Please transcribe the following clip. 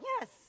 yes